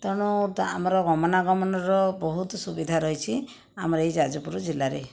ତେଣୁ ଆମର ଗମନାଗମନର ବହୁତ ସୁବିଧା ରହିଛି ଆମର ଏହି ଯାଜପୁର ଜିଲ୍ଲାରେ